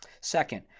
Second